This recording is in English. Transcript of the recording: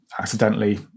accidentally